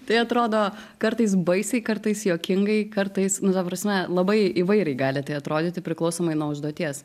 tai atrodo kartais baisiai kartais juokingai kartais nu ta prasme labai įvairiai gali tai atrodyti priklausomai nuo užduoties